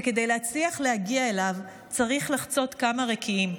שכדי להצליח להגיע אליו צריך לחצות כמה רקיעים".